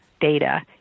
data